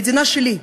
המדינה שלי,